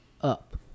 up